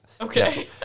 Okay